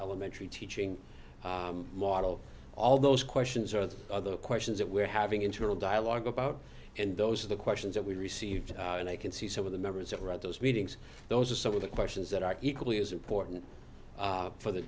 elementary teaching model all those questions are the other questions that we're having internal dialogue about and those are the questions that we received and i can see some of the members that read those meetings those are some of the questions that are equally as important for the